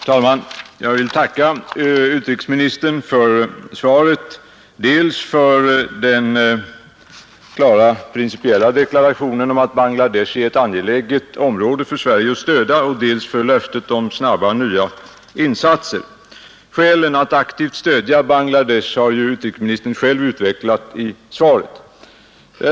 Herr talman! Jag vill tacka utrikesministern för svaret, dels för den klara principiella deklarationen om att Bangladesh är ett angeläget område för Sverige att stödja, dels för löftet om snabba nya insatser. Skälen för att aktivt stödja Bangladesh har utrikesministern själv utvecklat i svaret.